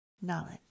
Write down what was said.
Knowledge